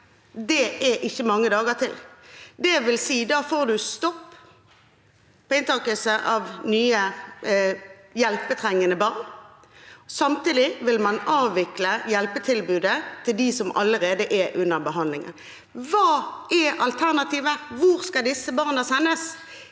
Det er ikke mange dager til. Det vil si at da får man stopp for inntak av nye hjelpetrengende barn. Samtidig vil man avvikle hjelpetilbudet til dem som allerede er under behandling. Hva er alternativet? Hvor skal disse barna sendes?